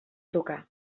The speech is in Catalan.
tocar